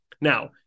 Now